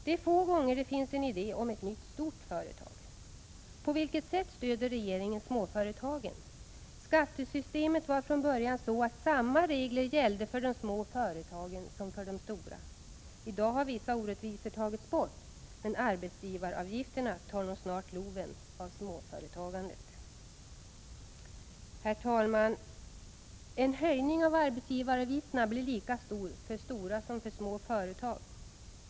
Det är få gånger det finns en idé om ett nytt stort företag. På vilket sätt stöder regeringen småföretagen? Skattesystemet var från början sådant att samma regler gällde för de små företagen som för de stora. I dag har vissa orättvisor tagits bort, men arbetsgivaravgifterna tar nog snart loven av småföretagandet. En höjning av arbetsgivaravgifterna blir lika stor för stora som för små företag.